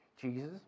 Jesus